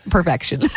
Perfection